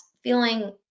feeling